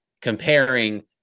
comparing